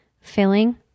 filling